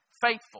faithful